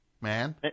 man